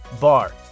Bar